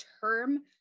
term